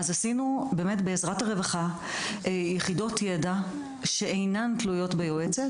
אז עשינו באמת בעזרת הרווחה יחידות ידע שאינן תלויות ביועצת,